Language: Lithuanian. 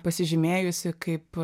pasižymėjusi kaip